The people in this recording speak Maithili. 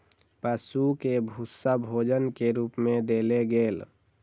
पशु के भूस्सा भोजन के रूप मे देल गेल